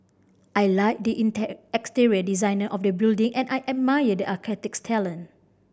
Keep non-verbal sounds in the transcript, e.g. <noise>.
I like the <unintelligible> exterior design of the building and I admire the architect's talent